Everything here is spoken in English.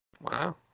Wow